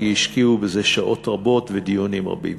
שהשקיעו בזה שעות רבות ודיונים רבים.